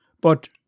But